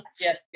Yes